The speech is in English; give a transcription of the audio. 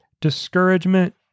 Discouragement